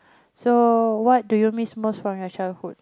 so what do you miss most from your childhood